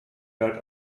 galt